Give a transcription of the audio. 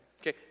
Okay